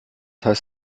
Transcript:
heißt